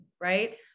right